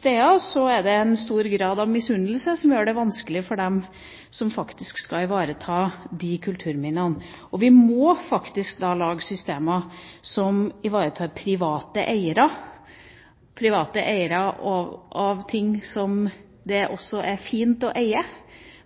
steder er det en stor grad av misunnelse som gjør det vanskelig for dem som faktisk skal ivareta disse kulturminnene. Vi må faktisk lage systemer som ivaretar private eiere – private eiere av ting som det er fint å eie.